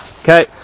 Okay